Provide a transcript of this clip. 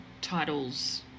titles